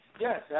Yes